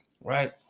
right